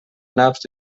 naps